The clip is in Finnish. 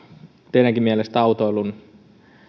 teidänkin mielestänne autoilun